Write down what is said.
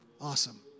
Awesome